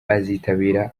bazitabira